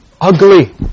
ugly